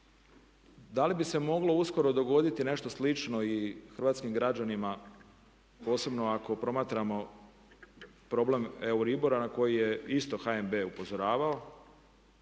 da li bi se moglo uskoro dogoditi nešto slično i hrvatskim građanima posebno ako promatramo problem EURIBOR-a na koji je isto HNB upozoravao.